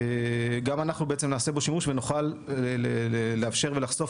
גם אנחנו נעשה בו שימוש ונוכל לאפשר ולחשוף